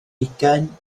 ugain